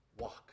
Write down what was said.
walk